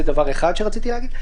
זה דבר אחד שרציתי להגיד.